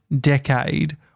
decade